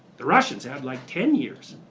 the russians had like ten years.